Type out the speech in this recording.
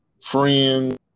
friends